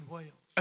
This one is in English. Wales